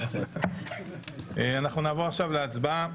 נעבור להצבעה.